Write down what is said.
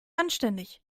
anständig